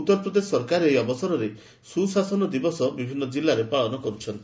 ଉତ୍ତରପ୍ରଦେଶ ସରକାର ଏହି ଅବସରରେ ସୁଶାସନ ଦିବସ ବିଭିନ୍ନ ଜିଲ୍ଲାରେ ପାଳନ କର୍ଚ୍ଛନ୍ତି